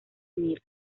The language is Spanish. mira